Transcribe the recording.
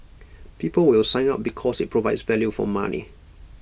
people will sign up because IT provides value for money